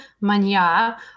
mania